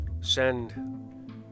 send